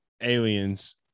aliens